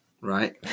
right